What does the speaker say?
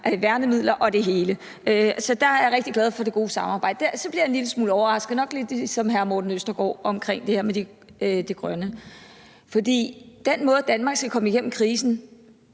med værnemidler og det hele. Så der er jeg rigtig glad for det gode samarbejde. Så bliver jeg en lille smule overrasket – nok lidt som hr. Morten Østergaard – omkring det her med det grønne. Den måde, Danmark skal komme igennem krisen